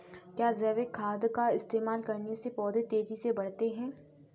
क्या जैविक खाद का इस्तेमाल करने से पौधे तेजी से बढ़ते हैं?